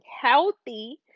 Healthy